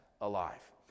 alive